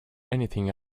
anything